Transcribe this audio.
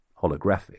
holographic